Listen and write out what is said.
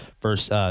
first